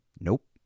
nope